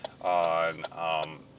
on